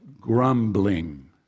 grumbling